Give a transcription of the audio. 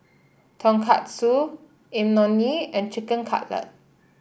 Tonkatsu Imoni and Chicken Cutlet